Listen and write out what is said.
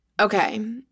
Okay